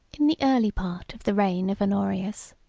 in the early part of the reign of honorius,